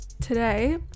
today